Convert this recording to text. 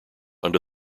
under